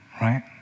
right